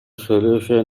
solution